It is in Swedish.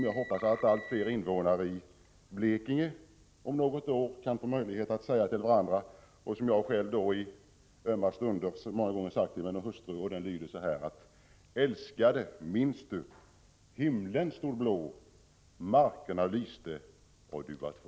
Jag hoppas att allt fler invånare i Blekinge om något år kan få möjlighet att säga detta till varandra som jag själv många gånger i ömma stunder har sagt till min hustru: ”Älskade, minns du? Himlen stod blå, markerna lyste och du var två.”